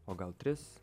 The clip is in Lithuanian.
o gal tris